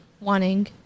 wanting